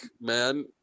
man